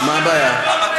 והביטחון,